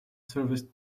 serviced